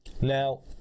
now